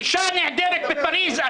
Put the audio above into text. אישה נעדרת בפריז.